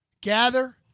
Gather